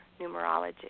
numerology